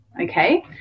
Okay